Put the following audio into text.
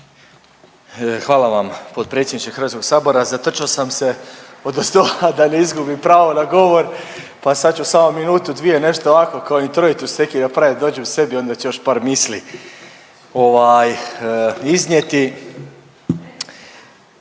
Hvala vam potpredsjedniče Hrvatskog sabora. Zatrčao sam se odozdola da ne izgubim pravo na govor pa sad ću samo minutu, dvije nešto ovako kao …/Govornik se ne razumije./… da dođem sebi onda ću još par misli ovaj iznijeti.